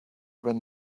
when